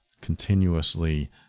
continuously